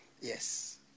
Yes